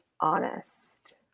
honest